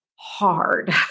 Hard